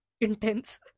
intense